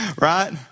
Right